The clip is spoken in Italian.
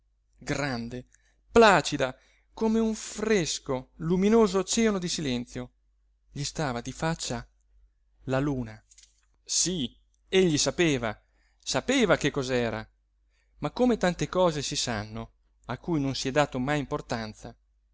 grande placida come in un fresco luminoso oceano di silenzio gli stava di faccia la luna sí egli sapeva sapeva che cos'era ma come tante cose si sanno a cui non si è dato mai importanza